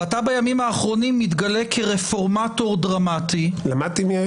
ואתה בימים האחרונים מתגלה כרפורמטור דרמטי -- למדתי מהקודם לי.